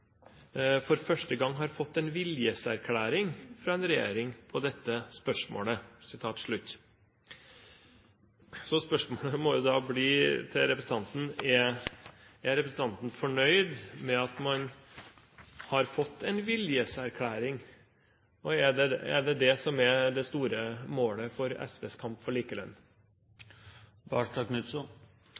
«for første gang har fått en klar viljeserklæring fra en regjering på dette spørsmålet». Så spørsmålet må da bli til representanten: Er representanten fornøyd med at man har fått en viljeserklæring, og er det det som er det store målet for SVs kamp for